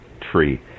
tree